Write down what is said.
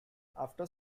after